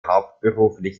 hauptberuflich